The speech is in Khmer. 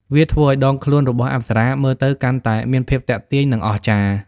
វាធ្វើឱ្យដងខ្លួនរបស់អប្សរាមើលទៅកាន់តែមានភាពទាក់ទាញ និងអស្ចារ្យ។